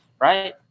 right